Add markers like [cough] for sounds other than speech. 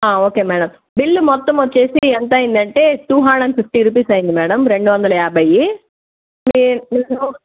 okay madam bill మొత్తం వచ్చేసి ఎంత అయ్యిందంటే two hundred and fifty rupees అయ్యింది మేడం రెండువందల యాభై [unintelligible]